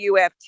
UFT